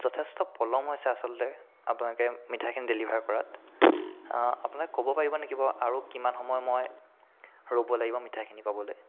যথেষ্ট পলম হৈছে আচলতে আপোনালোকে মিঠাইখিনি ডেলিভাৰ কৰাত আপোনালোকে ক'ব পাৰিব নেকি বাৰু আৰু কিমান সময় মই ৰ'ব লাগিব মিঠাইখিনি পাবলৈ